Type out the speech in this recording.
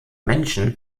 menschen